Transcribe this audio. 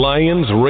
Lions